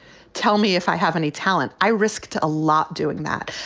tell me if i have any talent. i risked a lot doing that.